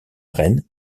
reine